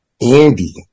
Andy